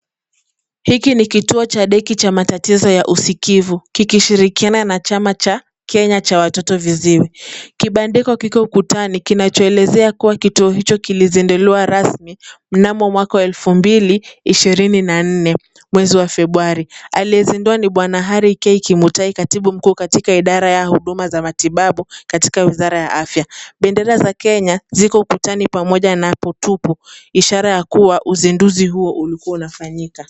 Hiki ni kituo cha Deki cha matatizo ya usikivu kikishirikiana na chama cha Kenya Cha Watoto Viziwi. Kibandiko kiko ukutani kinachoelezea kuwa kituo hicho kilizinduliwa rasmi mnamo mwaka wa elfu mbili ishirini na nne mwezi wa Februari. Aliyezindua ni Bwana Harry K. Kimutai, katibu mkuu katika idara ya huduma za matibabu katika wizara ya afya. Bendera za Kenya ziko ukutani pamoja na putupu , ishara ya kuwa uzinduzi huo ulikuwa unafanyika.